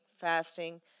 fasting